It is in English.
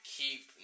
keep